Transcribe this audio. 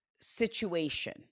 situation